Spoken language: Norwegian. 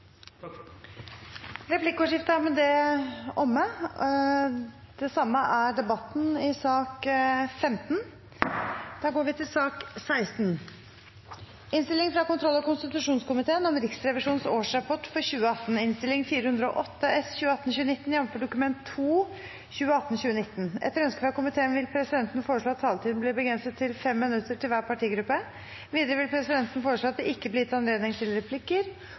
Replikkordskiftet er omme. Flere har ikke bedt om ordet til sak nr. 15. Etter ønske fra kontroll- og konstitusjonskomiteen vil presidenten foreslå at taletiden blir begrenset til 5 minutter til hver partigruppe. Videre vil presidenten foreslå at det ikke blir gitt anledning til